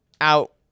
out